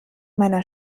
meiner